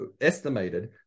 estimated